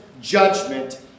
judgment